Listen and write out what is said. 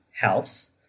health